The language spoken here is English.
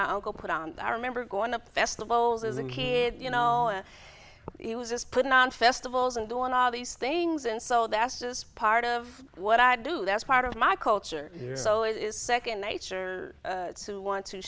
my uncle put on i remember going up to festivals as a kid you know and he was just putting on festivals and doing all these things and so that's just part of what i do that's part of my culture so it is second nature to want to